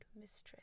mistress